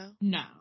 No